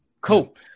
cool